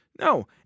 No